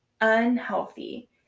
unhealthy